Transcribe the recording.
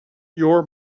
your